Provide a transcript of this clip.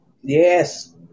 Yes